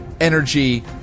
energy